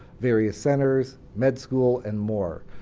various centers, med school and more.